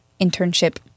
internship